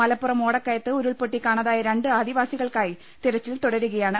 മലപ്പുറം ഓടക്കയത്ത് ഉരുൾപൊട്ടി കാണാതായ ്രണ്ട് ആദിവാസി കൾക്കായി തെരച്ചിൽ തുടരുന്നു